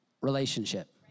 relationship